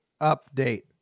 update